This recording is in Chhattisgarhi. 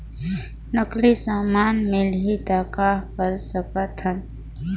नकली समान मिलही त कहां कर सकथन?